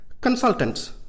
Consultants